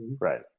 Right